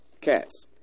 cats